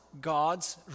God's